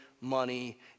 money